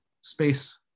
space